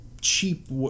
cheap